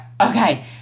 okay